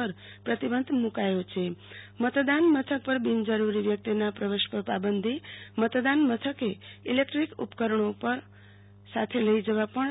પર પ્રતિબંધ મૂકાયો છે મતદાન મથક પર બિનજરરી વ્યક્તિના પ્રવેશ પર પાબંદી મતદાન મથકે ઈલેકટ્રીક ઉપકરણો પણ સાથે લઈ જવા પર